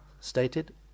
stated